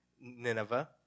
Nineveh